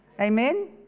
Amen